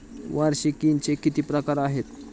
वार्षिकींचे किती प्रकार आहेत?